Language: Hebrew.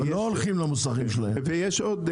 צריך לזכור שיש להן